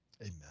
Amen